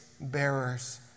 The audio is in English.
bearers